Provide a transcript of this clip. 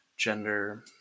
gender